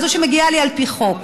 זו שמגיעה לי על פי חוק.